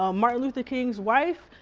ah martin luther king's wife,